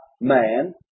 man